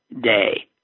day